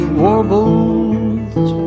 warbles